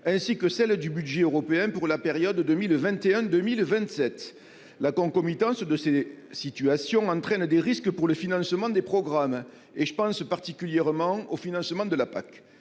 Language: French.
et celles du budget européen pour la période 2021-2027. La concomitance de ces situations entraîne des risques pour le financement des programmes. Je pense particulièrement au financement de la PAC,